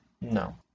No